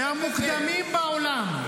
מהמוקדמים בעולם.